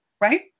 right